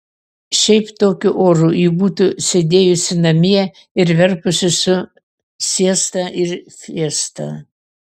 šiaip tokiu oru ji būtų sėdėjusi namie ir verpusi su siesta ir fiesta